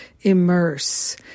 immerse